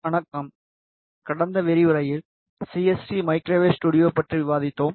வணக்கம் கடந்த விரிவுரைவில் சிஎஸ்டி மைக்ரோவேவ் ஸ்டுடியோ பற்றி விவாதித்தோம்